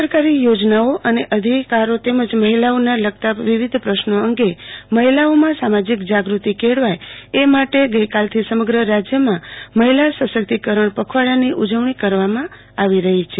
સરકારી યોજનાઓ અને અધિકારો તેમજ મહિલાઓને લગતા વિવિધ પ્રશ્નો અંગે મહિલાઓમાં સામાજીક જાગ્રતિ કેળવાયએ માટે ગઈકાલથી સમગ્ર રાજયમાં મહિલા સશકિતકરણ પખવાડોયાની ઉજવણી કરવામાં આવો રહી છે